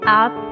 up